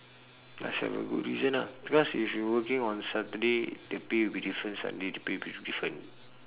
must have a good reason ah because if you working on saturday the pay will be different sunday the pay will be different